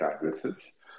addresses